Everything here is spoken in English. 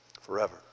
Forever